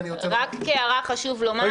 אוסנת, אי-אפשר לנהל את הדיון בצורה כזאת, פשוט